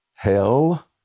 Hell